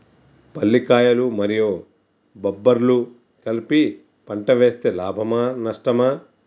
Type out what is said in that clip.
పల్లికాయలు మరియు బబ్బర్లు కలిపి పంట వేస్తే లాభమా? నష్టమా?